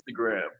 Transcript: instagram